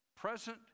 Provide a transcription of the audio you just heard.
present